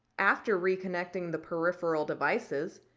after reconnecting the peripheral devices,